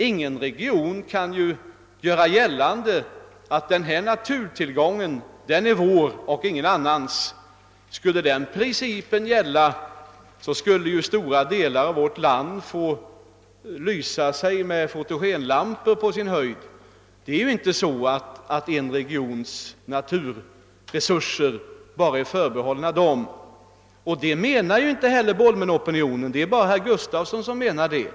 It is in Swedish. Ingen region kan göra gällande att en naturtillgång är dess egen och ingen annans. Skulle den principen gälla, skulle stora delar av vårt folk få lysa sig med fotogenlampor. En regions naturresurser är ju inte förbehållna just den regionen. Det menar inte heller Bolmenopinionen. Det är bara herr Gustavsson i Alvesta som menar det.